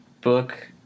book